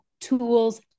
tools